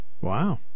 Wow